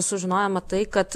sužinojome tai kad